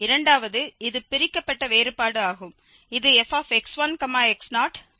இரண்டாவது இது பிரிக்கப்பட்ட வேறுபாடு ஆகும் இது fx1x0 மற்றும் x2 x0